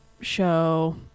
show